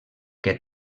que